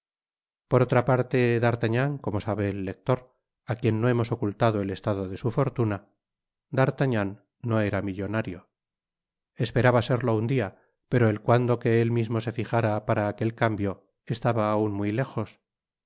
por otra parte d artagnan como sabe el lector á quien no hemos ocultado el estado de su fortuna d'artagnan no era millonario esperaba serlo un dia pero el cuando que ét mismo se fijara para aquel cambio estaba aun muy lejos